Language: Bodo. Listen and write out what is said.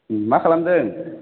मा खालामदों